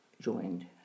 joined